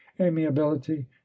amiability